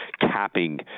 capping